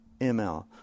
ML